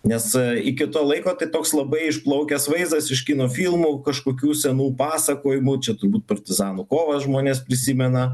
nes iki to laiko tai toks labai išplaukęs vaizdas iš kino filmų kažkokių senų pasakojimų čia turbūt partizanų kovas žmonės prisimena